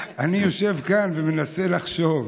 אני יושב כאן ומנסה לחשוב.